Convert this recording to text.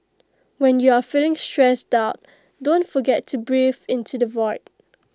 when you are feeling stressed out don't forget to breathe into the void